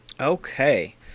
Okay